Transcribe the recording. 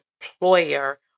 employer